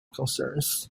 concerns